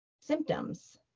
symptoms